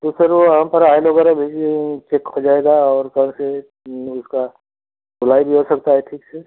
तो सर वहाँ पर आयल वगैरह भी ये चेक हो जाएगा और कर से उसका धुलाई भी हो सकता है ठीक से